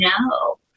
no